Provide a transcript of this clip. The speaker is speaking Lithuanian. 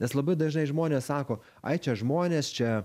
nes labai dažnai žmonės sako ai čia žmonės čia